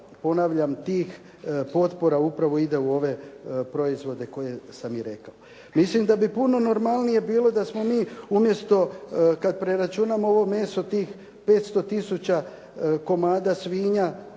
ponavljam tih potpora upravo ide u ove proizvode koje sam i rekao. Mislim da bi puno normalnije bilo da smo mi umjesto kada preračunamo ovo meso tih 500 tisuća komada svinja,